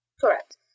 Correct